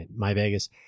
MyVegas